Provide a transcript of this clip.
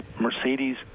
Mercedes